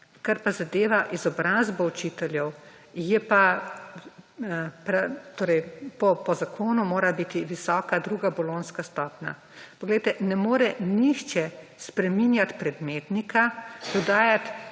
kar pa zadeva izobrazbo učiteljev, je pa, torej, po zakonu mora biti visoka druga bolonjska stopnja. Poglejte, ne more nihče spreminjat predmetnika, dodajat